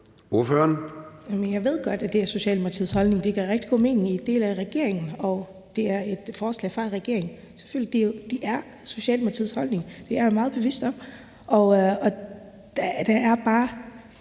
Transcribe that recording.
Jeg ved godt, at det er Socialdemokratiets holdning. Det giver rigtig god mening; I er en del af regeringen, og det er et forslag fra regeringen. Det er Socialdemokratiets holdning, og det er jeg meget bevidst om. Der er bare